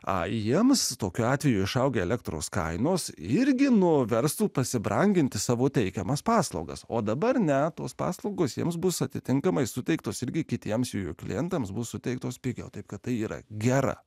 a jiems tokiu atveju išaugę elektros kainos irgi nuo verstų pasibranginti savo teikiamas paslaugas o dabar ne tos paslaugos jiems bus atitinkamai suteiktos irgi kitiems jų klientams bus suteiktos pigiau tai kad tai yra gera